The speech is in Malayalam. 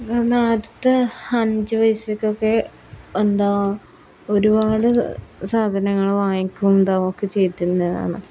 അന്നാദ്യത്തെ അഞ്ച് പൈസക്കൊക്കെ എന്താ ഒരുപാട് സാധനങ്ങൾ വാങ്ങിക്കും എന്താ ഒക്കെ ചെയ്തിരുന്നതാണ്